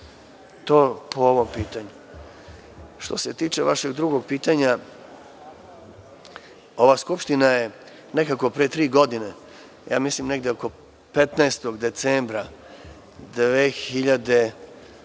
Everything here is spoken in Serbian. godine biti izvesna. Što se tiče vašeg drugog pitanja, ova Skupština je nekako pre tri godine, mislim negde oko 15. decembra 2010.